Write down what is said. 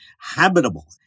habitable